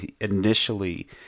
initially